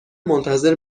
منتظر